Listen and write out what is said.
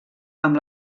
amb